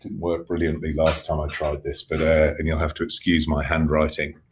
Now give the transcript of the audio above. work brilliantly last time i've tried this but ah and you'll have to excuse my handwriting.